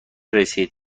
رسید